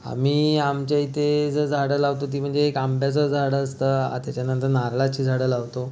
आम्ही आमच्या इथे जी झाडे लावतो ती म्हणजे आंब्याचं झाड असतं त्याच्यानंतर नारळाची झाडं लावतो